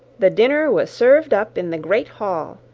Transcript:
the dinner was served up in the great hall,